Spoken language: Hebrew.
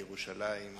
בירושלים.